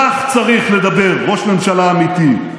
כך צריך לדבר ראש ממשלה אמיתי,